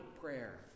prayer